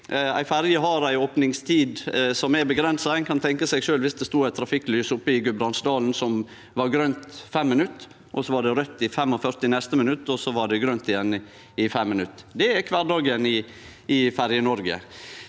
Ei ferje har ei opningstid som er avgrensa. Ein kan tenkje seg sjølv, viss det stod eit trafikklys oppi Gudbrandsdalen som var grønt i 5 minutt, så var det raudt dei 45 neste minutta, og så var det grønt igjen i 5 minutt – det er kvardagen i Ferje-Noreg.